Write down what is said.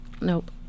nope